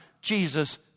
Jesus